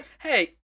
Hey